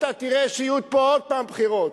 אתה תראה שיהיו פה עוד הפעם בחירות.